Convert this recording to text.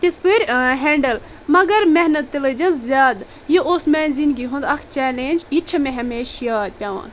تژھ پھر ہیٚنڑل مگر محنت تہِ لٔجس زیادٕ یہِ اوس میانہِ زنٛدگی ہنٛد اکھ چیٚلینج یہِ چھُ مےٚ ہمیشہِ یاد پیٚوان